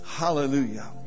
hallelujah